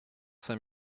cinq